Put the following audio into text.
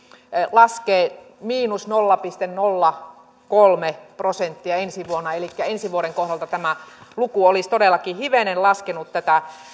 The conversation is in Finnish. laskee nolla pilkku nolla kolme prosenttia ensi vuonna elikkä ensi vuoden kohdalta tämä luku olisi todellakin hivenen laskenut tätä